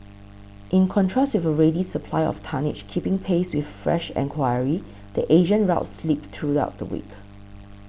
in contrast with a ready supply of tonnage keeping pace with fresh enquiry the Asian routes slipped throughout the week